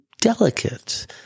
delicate